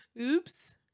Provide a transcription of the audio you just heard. Oops